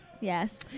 Yes